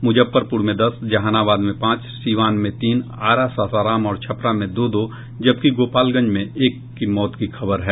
मूजफ्फरपूर में दस जहानाबाद में पांच सीवान में तीन आरा सासाराम और छपरा में दो दो जबकि गोपालगंज में एक की मौत की खबर है